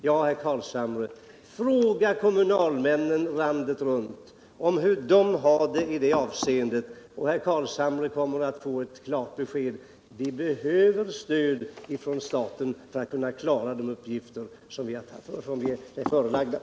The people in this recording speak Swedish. Ja, herr Carlshamre, fråga kommunalmännen landet runt hur de har det och herr Carlshamre kommer att få ett klart besked: De behöver stöd från staten för att klara de uppgifter som de har förelagts.